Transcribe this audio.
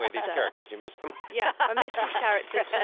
like these characters, you missed them. yeah, i miss these characters.